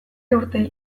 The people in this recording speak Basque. urte